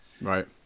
Right